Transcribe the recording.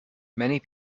many